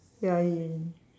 ya ya